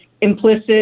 implicit